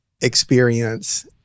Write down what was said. experience